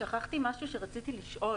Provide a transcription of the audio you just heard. שכחתי משהו שרציתי לשאול.